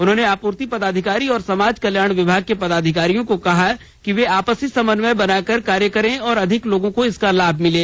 उन्होंने आपूर्ति पदाधिकारी और समाज कल्याण विभाग के पदाधिकारियों को कहा कि वे आपसी समन्वय बनाकर कार्य करें और अधिक लोगों को इसका लाभ मिले